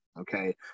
Okay